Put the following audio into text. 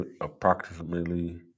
approximately